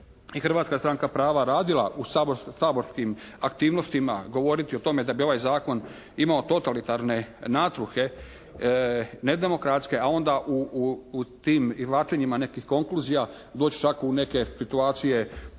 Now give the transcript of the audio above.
Hrvatska stranka prava radila u saborskim aktivnostima, govoriti o tome da bi ovaj zakon imao totalitarne nasluhe, nedemokratske, a onda u tim izvlačenjima nekih konkluzija doć' čak u neke situacije posve